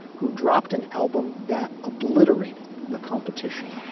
who dropped an album that obliterated the competition,